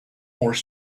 were